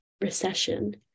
recession